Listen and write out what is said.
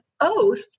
oath